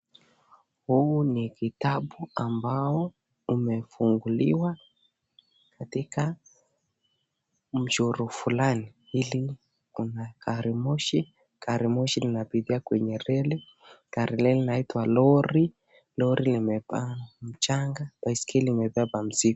Huu ni kitabu ambao umefunguliwa katika mchoro fulani ili kuna gari moshi, gari moshi linapitia kwenye reli, gari lingine linaitwa lori, lori limebeba mchanga, baiskeli limebeba mzigo.